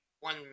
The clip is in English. one